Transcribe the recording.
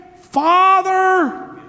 Father